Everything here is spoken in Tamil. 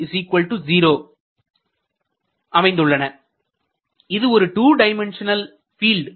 இது ஒரு 2 டைமண்ட்ஷனல் பீல்ட்